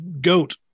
goat